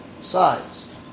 sides